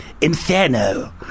inferno